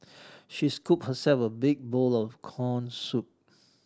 she scooped herself a big bowl of corn soup